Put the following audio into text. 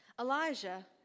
Elijah